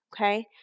Okay